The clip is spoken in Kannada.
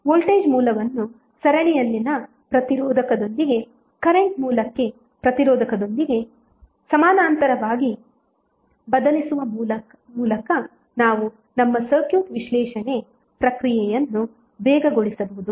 ವೋಲ್ಟೇಜ್ ಮೂಲವನ್ನು ಸರಣಿಯಲ್ಲಿನ ಪ್ರತಿರೋಧಕದೊಂದಿಗೆ ಕರೆಂಟ್ ಮೂಲಕ್ಕೆ ಪ್ರತಿರೋಧಕದೊಂದಿಗೆ ಸಮಾನಾಂತರವಾಗಿ ಬದಲಿಸುವ ಮೂಲಕ ನಾವು ನಮ್ಮ ಸರ್ಕ್ಯೂಟ್ ವಿಶ್ಲೇಷಣೆ ಪ್ರಕ್ರಿಯೆಯನ್ನು ವೇಗಗೊಳಿಸಬಹುದು